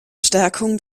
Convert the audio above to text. stärkung